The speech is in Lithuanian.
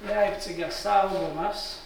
leipcige saugomas